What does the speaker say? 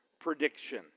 prediction